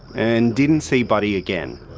and didn't see buddy again,